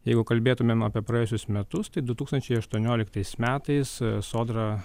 jeigu kalbėtumėm apie praėjusius metus tai du tūkstančiai aštuonioliktais metais sodra